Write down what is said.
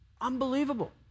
Unbelievable